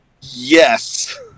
Yes